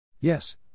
Yes